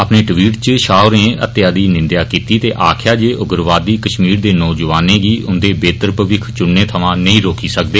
अपने ट्वीट च षाह होरें हत्या दी निन्देआ कीती ते आक्खेआ जे उग्रवादी कष्मीर दे नौजवानें गी उन्दे बेहतर भविक्ख चुनने थमां नेई रोकी सकदे